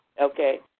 Okay